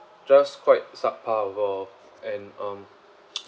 just quite suck our and um